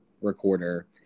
recorder